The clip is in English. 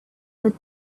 would